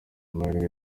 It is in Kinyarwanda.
mahirwe